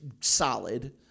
solid